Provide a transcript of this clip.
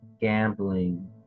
gambling